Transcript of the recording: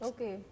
Okay